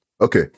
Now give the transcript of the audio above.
Okay